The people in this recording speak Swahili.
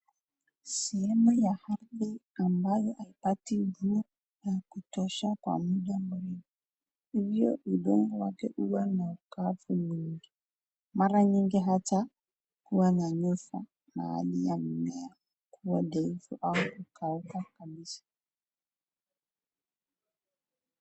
Sehemu ya ardhi ambayo haipati mvua ya kutosha kwa mda mrefu, hivyo udongo wake huwa na ukavu mwingi, mara nyingi hata huwa na nyofu na hali ya mimea kuwq dhaifu au kukauka kabisa